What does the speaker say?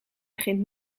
begint